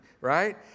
right